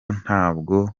ntabwo